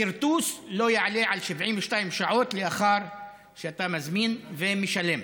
הכרטוס לא יעלה על 72 שעות לאחר שאתה מזמין ומשלם.